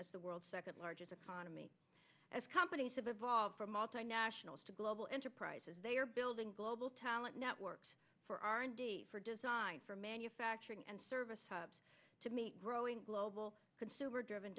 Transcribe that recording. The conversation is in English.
as the world's second largest economy as companies have evolved from multinationals to global enterprises they are building global talent networks for r and d for design for manufacturing and service hubs to meet growing global consumer driven